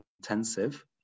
intensive